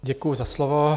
Děkuju za slovo.